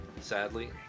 sadly